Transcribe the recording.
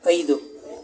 ಐದು